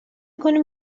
کنیم